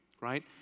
right